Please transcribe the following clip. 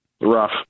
Rough